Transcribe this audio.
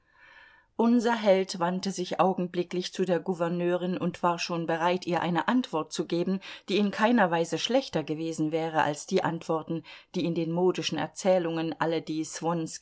unser held wandte sich augenblicklich zu der gouverneurin und war schon bereit ihr eine antwort zu geben die in keiner weise schlechter gewesen wäre als die antworten die in den modischen erzählungen alle die